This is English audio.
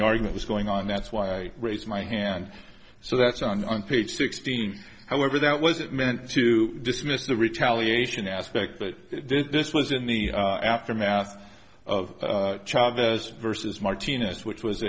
the argument was going on that's why i raised my hand so that's on page sixteen however that wasn't meant to dismiss the retaliation aspect but this was in the aftermath of charges versus martinez which was